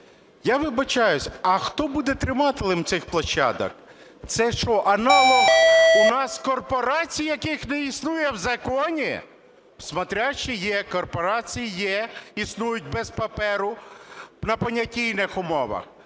Я вибачаюсь, а хто буде тримателем цих площадок? Це, що аналог у нас корпорацій, яких не існує в законі? Смотрящий є, корпорації є, існують без паперу, на понятійних умовах.